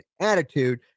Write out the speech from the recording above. attitude